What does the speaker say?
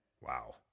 Wow